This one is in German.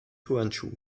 turnschuh